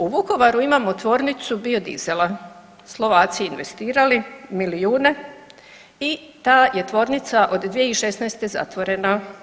U Vukovaru imamo tvornicu biodizela, Slovaci investirali milijune i ta je tvornica od 2016. zatvorena.